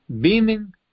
beaming